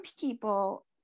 people